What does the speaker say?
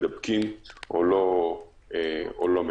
מדבקים או לא מדבקים.